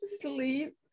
sleep